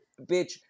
bitch